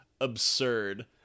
absurd